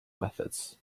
methods